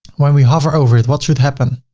when we hover over it, what should happen?